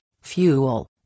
fuel